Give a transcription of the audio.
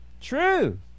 true